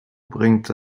bringt